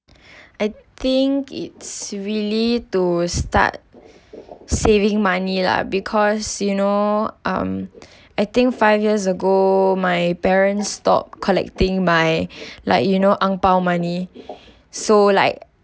I think it's really to start saving money lah because you know um I think five years ago my parents stopped collecting my like you know ang pao money so like